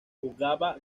jugaba